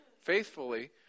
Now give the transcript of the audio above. faithfully